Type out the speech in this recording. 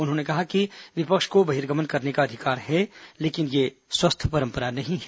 उन्होंने कहा कि विपक्ष को बहिर्गमन करने का अधिकार है लेकिन यह स्वस्थ परम्परा नहीं है